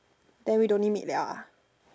then we don't need meet liao ah